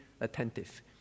attentive